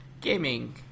Gaming